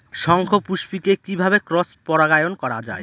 শঙ্খপুষ্পী কে কিভাবে ক্রস পরাগায়ন করা যায়?